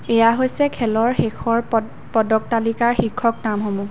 এয়া হৈছে খেলৰ শেষৰ পদ পদক তালিকাৰ শীৰ্ষক নামসমূহ